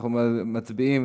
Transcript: אנחנו מצביעים.